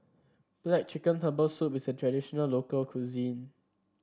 black chicken Herbal Soup is a traditional local cuisine